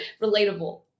Relatable